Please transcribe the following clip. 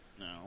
No